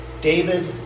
David